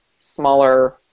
smaller